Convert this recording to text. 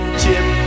chip